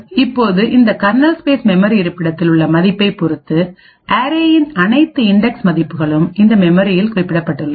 இப்போது இந்த kernel space memory இருப்பிடத்தில் உள்ள மதிப்பைப் பொறுத்து அரேயின்அனைத்து இன்டெக்ஸ் மதிப்புகளும் இந்த மெமரியில் குறிப்பிடப்பட்டுள்ளது